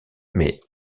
mais